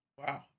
Wow